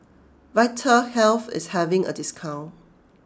Vitahealth is having a discount